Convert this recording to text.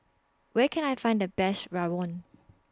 Where Can I Find The Best Rawon